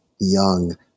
young